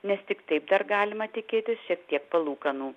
nes tik taip dar galima tikėtis šiek tiek palūkanų